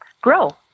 grow